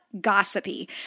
Gossipy